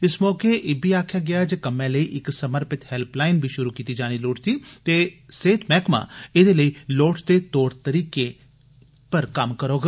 इस मौके इब्बी आखेआ गेआ जे इस कम्मै लेई इक समर्पित हेल्पलाईन बी श्रु कीती जानी लोड़चदी ऐ ते सेहत मैहकमा एह्दे लेई लोड़चदे तौर तरीकें उप्पर कम्म करोग